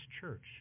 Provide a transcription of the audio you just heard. church